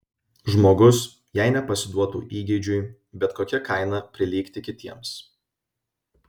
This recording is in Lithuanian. žmogus jei nepasiduotų įgeidžiui bet kokia kaina prilygti kitiems